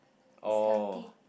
it's healthy